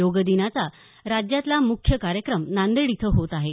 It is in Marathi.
योगदिनाचा राज्यातला मुख्य कार्यक्रम नांदेड इथं होत आहे